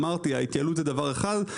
אמרתי, ההתייעלות זה דבר אחד.